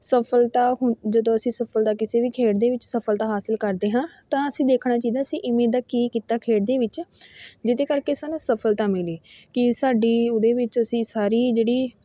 ਸਫਲਤਾ ਹੁੰ ਜਦੋਂ ਅਸੀਂ ਸਫਲਤਾ ਕਿਸੇ ਵੀ ਖੇਡ ਦੇ ਵਿੱਚ ਸਫਲਤਾ ਹਾਸਿਲ ਕਰਦੇ ਹਾਂ ਤਾਂ ਅਸੀਂ ਦੇਖਣਾ ਚਾਹੀਦਾ ਅਸੀਂ ਇਵੇਂ ਦਾ ਕੀ ਕੀਤਾ ਖੇਡ ਦੇ ਵਿੱਚ ਜਿਹਦੇ ਕਰਕੇ ਸਾਨੂੰ ਸਫਲਤਾ ਮਿਲੀ ਕਿ ਸਾਡੀ ਉਹਦੇ ਵਿੱਚ ਅਸੀਂ ਸਾਰੀ ਜਿਹੜੀ